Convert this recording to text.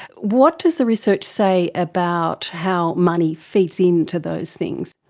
what does the research say about how money feeds in to those things?